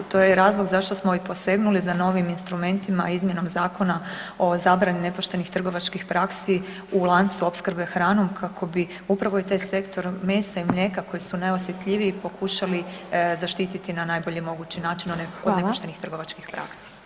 To je i razlog zašto smo i posegnuli za novim instrumentima izmjenom Zakona o zabrani nepoštenih trgovačkih praksi u lancu opskrbe hranom kako bi upravo tim sektorom mesa i mlijeka koji su najosjetljiviji pokušali zaštititi na najbolji mogući način od nepoštenih trgovačkih praksi.